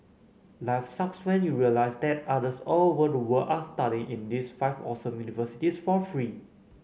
life sucks when you realise that others all over the world are studying in these five awesome universities for free